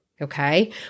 Okay